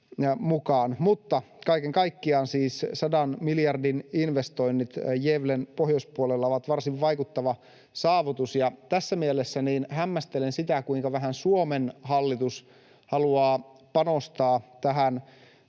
Mutta kaiken kaikkiaan siis sadan miljardin investoinnit Gävlen pohjoispuolella ovat varsin vaikuttava saavutus. Tässä mielessä hämmästelen sitä, kuinka vähän Suomen hallitus haluaa panostaa tähän